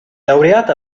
laureata